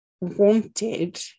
wanted